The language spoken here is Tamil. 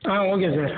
ah okay sir